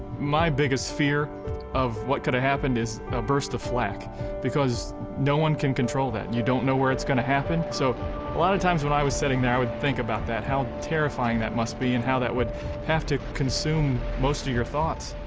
my biggest fear of what could have happened is a burst of flak because no one can control that. you don't know where it's gonna happen. so a lot of times when i was sitting there, i would think about that, how terrifying that must be and how that would have to consume most of your thoughts.